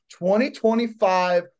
2025